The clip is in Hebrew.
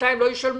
שבינתיים לא ישלמו.